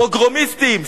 פוגרומיסטים,